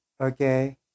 okay